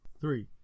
three